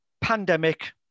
pandemic